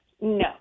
No